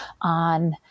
on